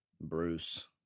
Bruce